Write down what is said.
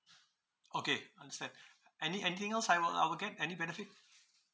okay understand ha~ any~ anything else I will I will get any benefit